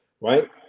right